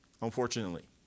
unfortunately